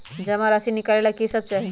जमा राशि नकालेला कि सब चाहि?